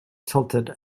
tilted